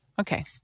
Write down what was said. Okay